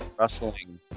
wrestling